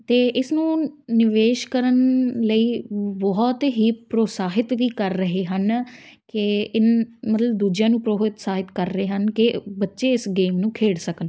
ਅਤੇ ਇਸ ਨੂੰ ਨਿਵੇਸ਼ ਕਰਨ ਲਈ ਬਹੁਤ ਹੀ ਪ੍ਰੋਤਸਾਹਿਤ ਵੀ ਕਰ ਰਹੇ ਹਨ ਕਿ ਇਨ ਮਤਲਬ ਦੂਜਿਆਂ ਨੂੰ ਪ੍ਰੋਤਸਾਹਿਤ ਕਰ ਰਹੇ ਹਨ ਕਿ ਬੱਚੇ ਇਸ ਗੇਮ ਨੂੰ ਖੇਡ ਸਕਣ